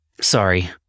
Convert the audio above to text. Sorry